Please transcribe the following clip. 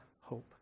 hope